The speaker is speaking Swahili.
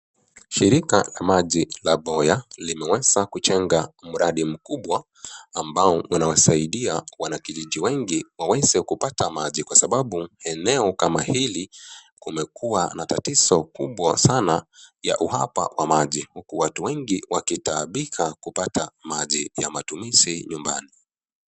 Shirika la maji la Boya limeweza kujenga mradi mkubwa ambao unawasaidia wanakijiji wengi waweze kupata maji kwa sababu eneo kama hili kumekuwa na tatizo kubwa sana ya uhaba wa maji uku watu wengi wakitaabika kupata maji ya matumizi nyumbani.